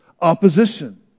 opposition